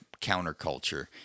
counterculture